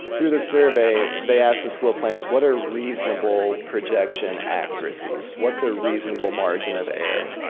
through the survey they asked the school planners what are reasonable projection accuracies? what's a reasonable margin of error?